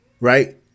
right